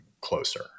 closer